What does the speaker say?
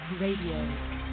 RADIO